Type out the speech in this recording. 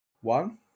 one